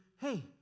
hey